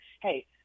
hey –